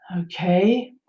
Okay